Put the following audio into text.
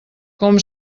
com